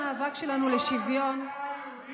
את תעזי לומר את זה?